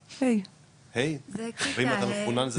ה', ואם אתה מחונן זה ד'.